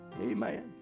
amen